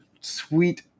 sweet